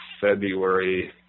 February